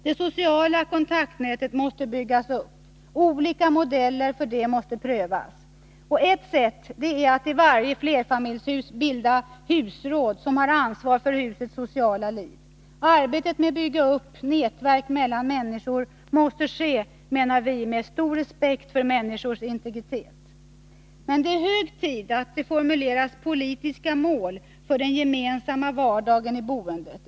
Det sociala kontaktnätet måste byggas upp. Olika modeller måste prövas. Ett sätt är att i varje flerfamiljshus bilda husråd som har ansvaret för husets sociala liv. Arbetet med att bygga upp nätverk mellan människor måste, enligt vår åsikt, ske med stor respekt för människors integritet. Men det är hög tid att det formuleras politiska mål för den gemensamma vardagen i boendet.